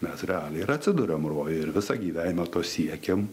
mes realiai ir atsiduriam rojuje ir visą gyvenimą to siekiam